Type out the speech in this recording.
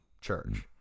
church